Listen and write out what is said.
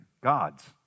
God's